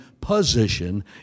position